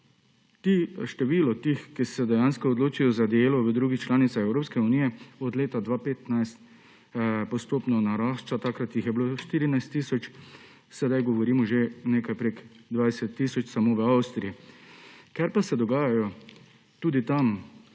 Število teh, ki se dejansko odločijo za delo v drugi članici Evropske unije, od leta 2015 postopno narašča. Takrat jih je bilo 14 tisoč, sedaj govorimo o že nekaj prek 20 tisoč samo v Avstriji. Ker pa se dogajajo tudi tam